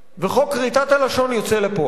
וחוק כריתת הלשון יוצא לפועל.